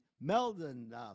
Meldon